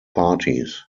parties